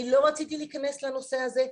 אני לא רציתי להיכנס לנושא הזה,